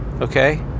okay